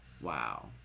Wow